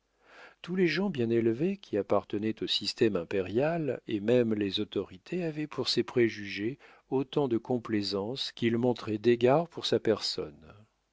tous les gens bien élevés qui appartenaient au système impérial et même les autorités avaient pour ses préjugés autant de complaisance qu'ils montraient d'égard pour sa personne